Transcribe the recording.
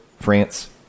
France